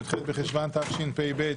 י"ח בחשוון התשפ"ב,